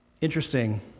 Interesting